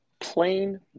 plain